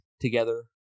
together